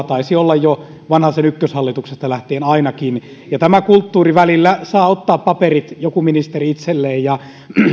taisi olla jo vanhasen ykköshallituksesta lähtien ainakin välillä saa joku ministeri ottaa paperit itselleen ja